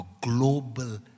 global